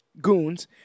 goons